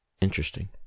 Interesting